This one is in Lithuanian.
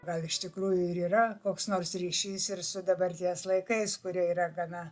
gal iš tikrųjų ir yra koks nors ryšys ir su dabarties laikais kurie yra gana